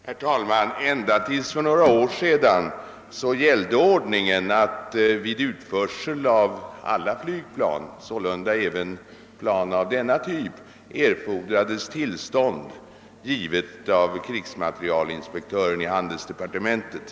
Herr talman! Ända tills för några år sedan gällde den ordningen att det vid utförsel av alla flygplan — sålunda även plan av den aktuella typen — erfordrades tillstånd givet av krigsmaterielinspektören i handelsdepartementet.